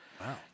Wow